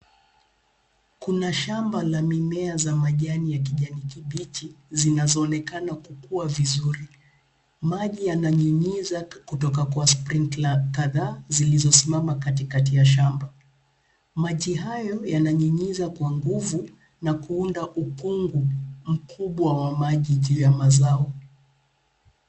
Kuna shamba la mimea za majani ya kijani kibichi zinazoonekana kukua vizuri. Maji yananyunyiza kutoka kwa sprinkler kadhaa zilizosimama katikati ya shamba. Maji hayo yananyunyiza kwa nguvu na kuunda ukungu mkubwa wa maji juu ya mazao.